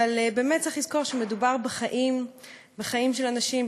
אבל צריך לזכור שמדובר בחיים של אנשים,